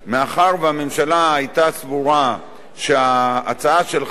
מאחר שהממשלה היתה סבורה שההצעה שלך